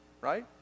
Right